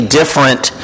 different